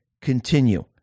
continue